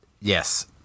Yes